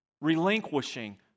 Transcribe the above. relinquishing